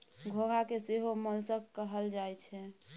घोंघा के सेहो मोलस्क कहल जाई छै